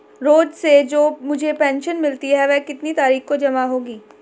रोज़ से जो मुझे पेंशन मिलती है वह कितनी तारीख को जमा होगी?